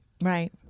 Right